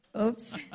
Oops